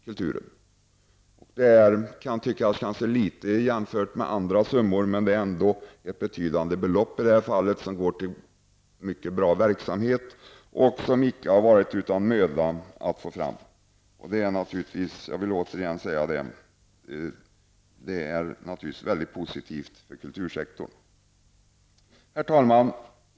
Men i detta fall rör det sig om ett betydelsefullt belopp, och det går till mycket bra verksamhet. Det har inte varit utan svårighet som man fått fram medlen, men det här är som sagt mycket positivt för kultursektorn. Herr talman!